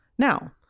Now